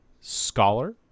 scholar